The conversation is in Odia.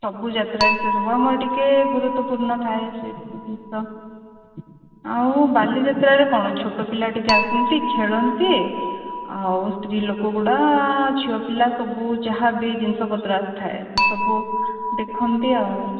ସବୁ ଯାତ୍ରାରେ ସେ ସବୁ ଆମର ଟିକେ ଗୁରୁତ୍ୱପୂର୍ଣ୍ଣ ଥାଏ ସେ ସବୁ ଜିନିଷ ଆଉ ବାଲିଯାତ୍ରାରେ କ'ଣ ଛୋଟ ପିଲା ଟିକେ ଆସନ୍ତି ଖେଳନ୍ତି ଆଉ ସ୍ତ୍ରୀ ଲୋକଗୁଡ଼ା ଝିଅ ପିଲା ସବୁ ଯାହା ବି ଜିନିଷ ପତ୍ର ଆସିଥାଏ ସେ ସବୁ ଦେଖନ୍ତି ଆଉ